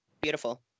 beautiful